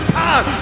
time